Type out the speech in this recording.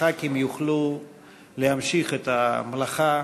וחברי הכנסת יוכלו להמשיך את המלאכה